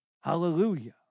Hallelujah